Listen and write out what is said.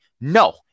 No